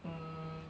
mmhmm